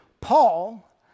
Paul